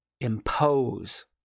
impose